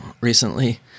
recently